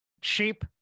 cheap